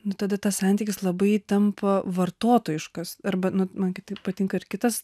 nu tada tas santykis labai tampa vartotojiškas arba man kitaip patinka ir kitas